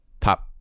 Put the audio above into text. top